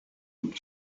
and